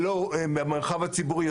במרחב הציבורי,